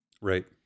Right